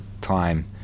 time